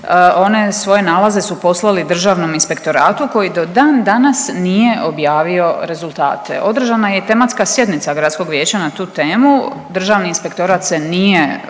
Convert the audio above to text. One svoje nalaze su poslali Državnom inspektoratu koji do dan danas nije objavio rezultate. Održana je i tematska sjednica Gradskog vijeća na tu temu, Državni inspektorat se nije